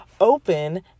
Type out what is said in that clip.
open